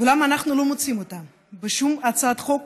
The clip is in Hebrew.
למה אנחנו לא מוצאים אותה בשום הצעת חוק